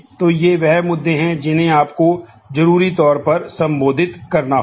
तो ये वह मुद्दे हैं जिन्हें आपको जरूरी तौर पर संबोधित करना होगा